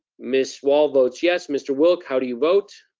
miss wall votes yes mr. wilk, how do you vote?